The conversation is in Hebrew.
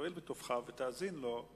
תואיל בטובך ותאזין לו,